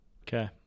Okay